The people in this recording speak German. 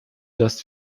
dass